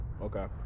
okay